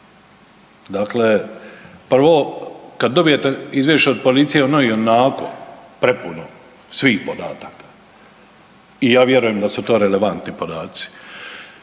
Dakle, prvo kad dobijete izvješće od policije ono je ionako prepuno svih podataka i ja vjerujem da su to relevantni podaci.